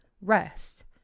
rest